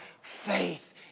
faith